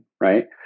Right